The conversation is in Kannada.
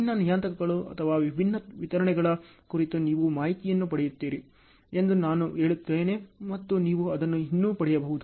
ವಿಭಿನ್ನ ನಿಯತಾಂಕಗಳು ಅಥವಾ ವಿಭಿನ್ನ ವಿತರಣೆಗಳ ಕುರಿತು ನೀವು ಮಾಹಿತಿಯನ್ನು ಪಡೆಯುತ್ತೀರಿ ಎಂದು ನಾನು ಹೇಳುತ್ತೇನೆ ಮತ್ತು ನೀವು ಅದನ್ನು ಇನ್ನೂ ಪಡೆಯಬಹುದು